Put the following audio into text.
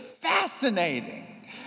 fascinating